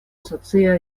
socia